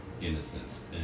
innocence